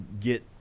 get